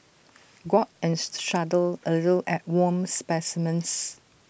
gawk and shudder A little at worm specimens